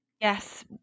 Yes